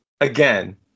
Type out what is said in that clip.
again